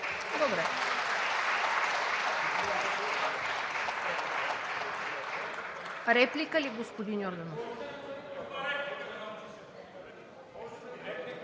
Добре. Реплика ли, господин Йорданов.